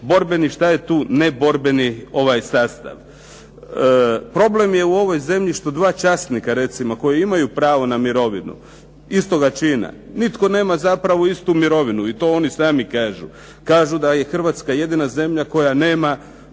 borbeni, šta je tu neborbeni sastav? Problem je u ovoj zemlji što dva časnika recimo koji imaju pravo na mirovinu istoga čina nitko nema zapravo istu mirovinu i to oni sami kažu. Kažu da je Hrvatska jedina zemlja koja nema